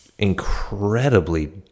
incredibly